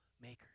makers